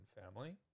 family